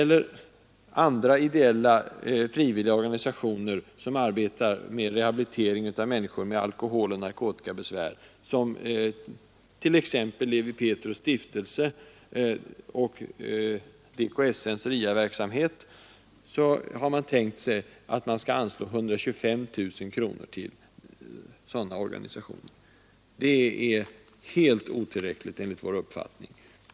Till andra ideella frivilliga organisationer som arbetar med rehabilitering av människor med alkoholoch narkotikabesvär, t.ex. Lewi Pethrus” stiftelse och DKSN:s RIA-verksamhet, har man tänkt sig att anslå 125 000 kronor. Det är helt otillräckligt enligt vår uppfattning.